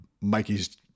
Mikey's